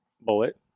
bullet